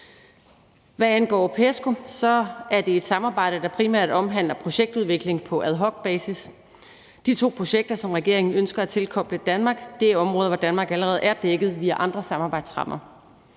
Hvad angår PESCO, er det et samarbejde, der primært omhandler projektudvikling på ad hoc-basis. De to projekter, som regeringen ønsker at tilkoble Danmark, er områder, hvor Danmark allerede er dækket via andre samarbejdsrammer.